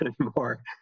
anymore